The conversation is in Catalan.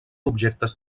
objectes